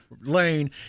lane